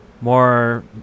more